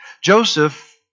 Joseph